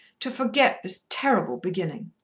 to forget this terrible beginning.